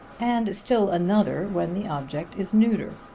and still another when the object is neuter.